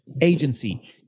agency